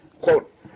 quote